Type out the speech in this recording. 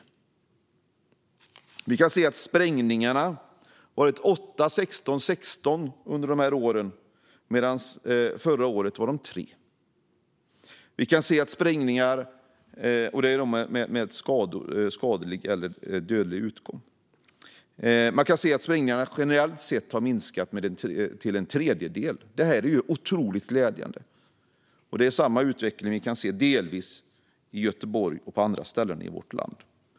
Skadade och dödade i samband med sprängningar var 8, 16 och 16 åren 2017-2019 medan de förra året var 3. Sprängningarna generellt är i dag en tredjedel så många som 2017. Det är otroligt glädjande. Vi kan delvis se samma utveckling i Göteborg och på andra ställen i vårt land.